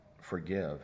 forgive